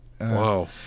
Wow